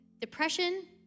depression